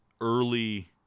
early